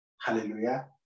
Hallelujah